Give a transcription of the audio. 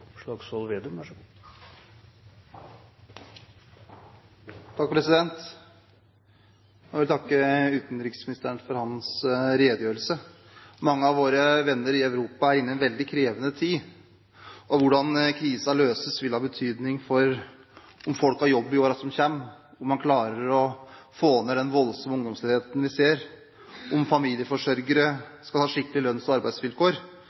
Jeg vil takke utenriksministeren for hans redegjørelse. Mange av våre venner i Europa er inne i en veldig krevende tid. Hvordan krisen løses, vil ha betydning for om folk har jobb i årene som kommer, om man klarer å få ned den voldsomme ungdomsledigheten vi ser, om familieforsørgere skal ha skikkelig lønns- og arbeidsvilkår,